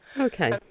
Okay